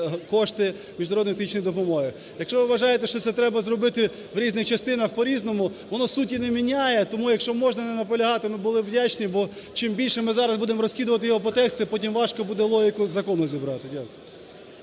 кошти міжнародної технічної допомоги. Якщо ви вважаєте, що це треба зробити в різних частинах по-різному, воно суті не міняє, тому якщо можна не наполягати, ми були б вдячні, бо чим більше ми зараз будемо розкодувати його по тексту, потім важко буде логіку закону зібрати. Дякую.